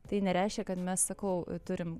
tai nereiškia kad mes sakau turim